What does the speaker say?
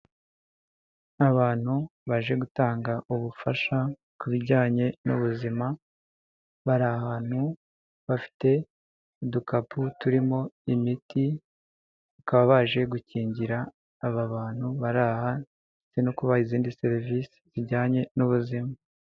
Ni abantu baje gutanga ubufasha ku bijyanye n'ubuzima, bari ahantu bafite udukapu turimo imiti, bakaba baje gukingira aba bantu bari aha ndetse no kubaha izindi serivisi zijyanye n'ubuzima.